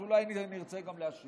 אז אולי, נראה, אני ארצה גם להשיב.